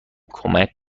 کمک